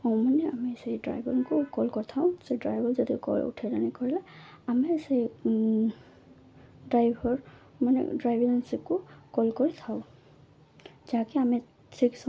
ହଁ ମାନେ ଆମେ ସେଇ ଡ୍ରାଇଭର୍ଙ୍କୁ କଲ୍ କରିଥାଉ ସେ ଡ୍ରାଇଭର୍ ଯଦି ଉଠାଇଲେଣିି କହିଲେ ଆମେ ସେ ଡ୍ରାଇଭର୍ ମାନେ ଡ୍ରାଇଭିଙ୍ଗ ଏଜେନ୍ସିକୁ କଲ୍ କରିଥାଉ ଯାହାକି ଆମେ ସେଠିକ ସମୟରେ